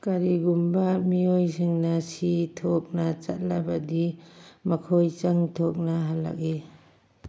ꯀꯔꯤꯒꯨꯝꯕ ꯃꯤꯑꯣꯏꯁꯤꯡꯅ ꯁꯤ ꯊꯣꯛꯅ ꯆꯠꯂꯕꯗꯤ ꯃꯈꯣꯏ ꯆꯪ ꯊꯣꯛꯅ ꯍꯜꯂꯛꯏ